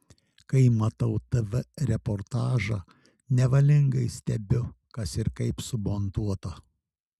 kai matau tv reportažą nevalingai stebiu kas ir kaip sumontuota